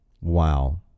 Wow